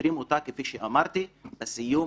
פותרים אותה כפי שאמרתי, בסיום